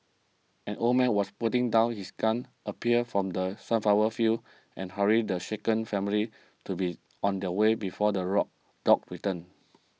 an old man was putting down his gun appeared from the sunflower fields and hurried the shaken family to be on their way before the rock dogs return